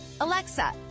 Alexa